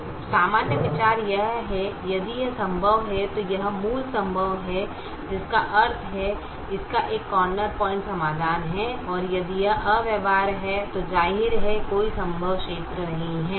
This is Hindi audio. तो सामान्य विचार यह है यदि यह संभव है तो यह मूल संभव है जिसका अर्थ है इसका एक कॉर्नर पॉइंट समाधान है और यदि यह अव्यवहार्य है तो जाहिर है कोई संभव क्षेत्र नहीं है